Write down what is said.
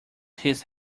his